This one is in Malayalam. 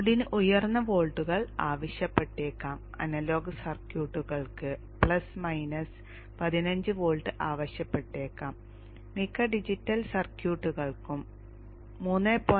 ലോഡിന് ഉയർന്ന വോൾട്ടുകൾ ആവശ്യപ്പെട്ടേക്കാം അനലോഗ് സർക്യൂട്ടുകൾക്ക് പ്ലസ് മൈനസ് 15 വോൾട്ട് ആവശ്യപ്പെട്ടേക്കാം മിക്ക ഡിജിറ്റൽ സർക്യൂട്ടുകൾക്കും 3